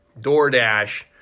DoorDash